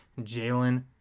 Jalen